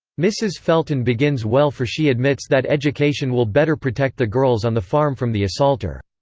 mrs. felton begins well for she admits that education will better protect the girls on the farm from the assaulter.